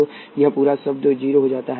तो यह पूरा शब्द 0 हो जाता है